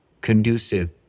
conducive